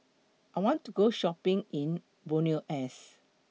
I want to Go Shopping in Buenos Aires